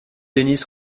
denys